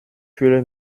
fühle